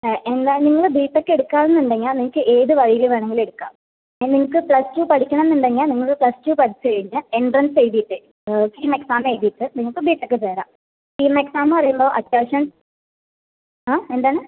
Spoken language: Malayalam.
എന്താ നിങ്ങൾ ബിടെക്ക് എടുക്കണമെന്നുണ്ടെങ്കിൽ നിങ്ങൾക്ക് ഏതുവഴിയിൽ വേണമെങ്കിലും എടുക്കാം നിങ്ങൾക്ക് പ്ലസ് ടു പഠിക്കണമെന്നുണ്ടെങ്കിൽ നിങ്ങൾ പ്ലസ് ടു പഠിച്ചുകഴിഞ്ഞു എൻട്രൻസ് എഴുതിയിട്ടേ കീം എക്സാം എഴുതിയിട്ട് നിങ്ങൾക്ക് ബിടെക്ക് കേറാം കീം എക്സാമെന്നു പറയുമ്പോൾ അറ്റെൻഷൻ എന്താണ്